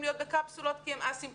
להיות בקפסולות כי הם א-סימפטומטיים,